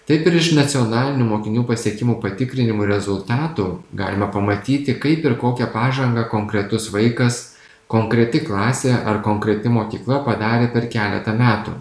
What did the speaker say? taip ir iš nacionalinių mokinių pasiekimų patikrinimų rezultatų galima pamatyti kaip ir kokią pažangą konkretus vaikas konkreti klasė ar konkreti mokykla padarė per keletą metų